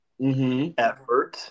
Effort